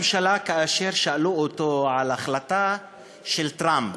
כאשר שאלו את ראש הממשלה על ההחלטה של טראמפ